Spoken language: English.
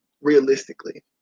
realistically